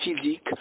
physique